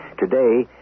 Today